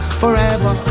forever